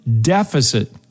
deficit